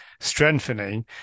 strengthening